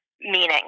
meaning